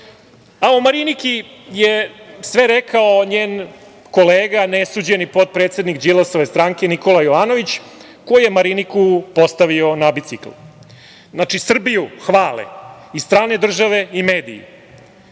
A, o Mariniki je sve rekao njen kolega, nesuđeni potpredsednik Đilasove stranke, Nikola Jovanović, koji je Mariniku postavio na bicikl. Znači, Srbiju hvale i strane države i mediji,